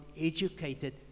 educated